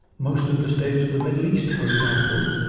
most of the states of the middle east, for example,